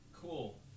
cool